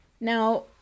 Now